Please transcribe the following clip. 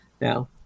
now